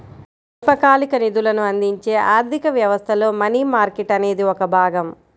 స్వల్పకాలిక నిధులను అందించే ఆర్థిక వ్యవస్థలో మనీ మార్కెట్ అనేది ఒక భాగం